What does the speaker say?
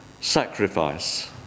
sacrifice